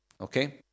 Okay